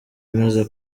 amaze